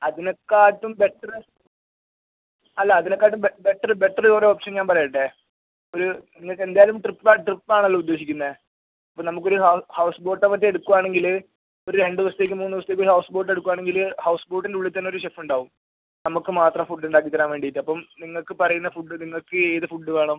അതിനേക്കാട്ടും better അല്ല അല്ല അതിനേക്കാട്ടും ബെറ്റർ ബെറ്റർ ഒരു ഓപ്ഷൻ ഞാൻ പറയട്ടേ ഒരു നിങ്ങൾക്ക് എന്തായാലും ട്രിപ്പ് ട്രിപ്പ് ആണല്ലോ ഉദ്ദേശിക്കുന്നത് അപ്പം നമുക്കൊരു ഹൗസ് ബോട്ടോ മറ്റോ എടുക്കുവാണെങ്കിൽ ഒരു രണ്ട് ദിവസത്തേക്ക് മൂന്ന് ദിവസത്തേക്ക് ഒരു ഹൗസ് ബോട്ട് എടുക്കുവാണെങ്കിൽ ഹൗസ് ബോട്ടിൻ്റെ ഉള്ളിൽ തന്നെ ഒരു ഷെഫ് ഉണ്ടാവും നമുക്ക് മാത്രം ഫുഡ് ഉണ്ടാക്കി തരാൻ വേണ്ടിയിട്ട് അപ്പം നിങ്ങൾക്ക് പറയുന്ന ഫുഡ് നിങ്ങൾക്ക് ഏത് ഫുഡ് വേണം